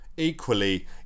Equally